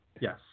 Yes